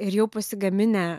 ir jau pasigaminę